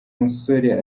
musore